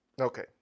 Okay